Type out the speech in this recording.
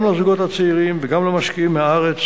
גם לזוגות הצעירים וגם למשקיעים מהארץ